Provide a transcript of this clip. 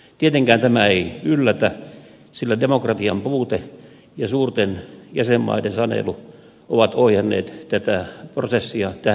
tietenkään tämä ei yllätä sillä demokratian puute ja suurten jäsenmaiden sanelu ovat ohjanneet tätä prosessia tähänkin saakka